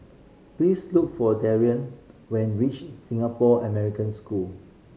please look for when reach Singapore American School